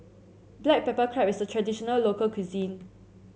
Black Pepper Crab is a traditional local cuisine